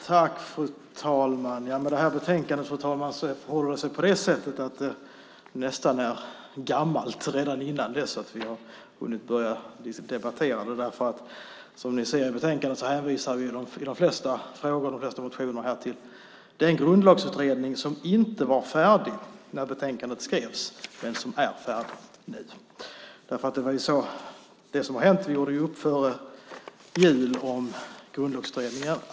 Fru talman! Detta betänkande är nästan gammalt redan innan vi har hunnit börja debattera det. I betänkandet hänvisar vi i de flesta frågor och motioner till den grundlagsutredning som inte var färdig när betänkandet skrevs men som är färdig nu. Vi gjorde upp före jul om Grundlagsutredningen.